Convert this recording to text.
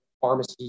Pharmacy